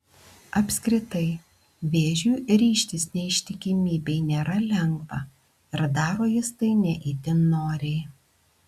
apskritai vėžiui ryžtis neištikimybei nėra lengva ir daro jis tai ne itin noriai